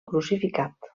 crucificat